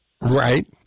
Right